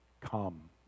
come